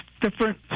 different